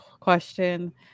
question